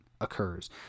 occurs